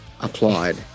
applaud